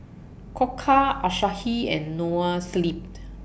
Koka Asahi and Noa Sleep